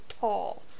tall